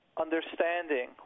understanding